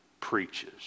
preaches